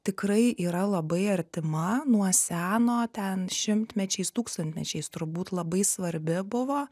tikrai yra labai artima nuo seno ten šimtmečiais tūkstantmečiais turbūt labai svarbi buvo